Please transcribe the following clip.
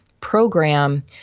program